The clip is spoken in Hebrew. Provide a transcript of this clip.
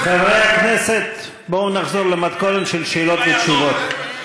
חברי הכנסת, בואו נחזור למתכונת של שאלות ותשובות.